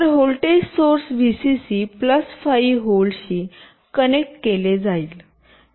तर voltage source VCC 5 व्होल्टशी connect केले जाईल